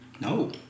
No